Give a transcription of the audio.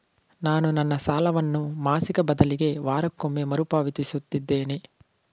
ನಾನು ನನ್ನ ಸಾಲವನ್ನು ಮಾಸಿಕ ಬದಲಿಗೆ ವಾರಕ್ಕೊಮ್ಮೆ ಮರುಪಾವತಿಸುತ್ತಿದ್ದೇನೆ